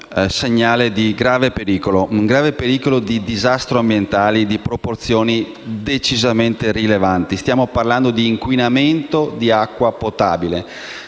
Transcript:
un segnale di grave pericolo di disastro ambientale, di proporzioni decisamente rilevanti. Stiamo parlando di inquinamento di acqua potabile.